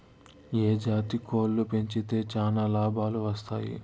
ఏ జాతి కోళ్లు పెంచితే చానా లాభాలు వస్తాయి?